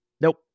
Nope